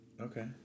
Okay